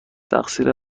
تقصیر